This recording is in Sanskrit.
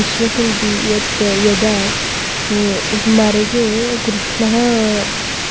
विश्वसन्ति यत् यदा मार्गे कृष्णः